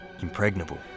impregnable